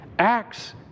Acts